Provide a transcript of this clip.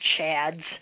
chads